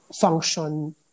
function